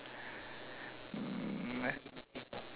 meh